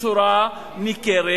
בצורה ניכרת,